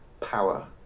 Power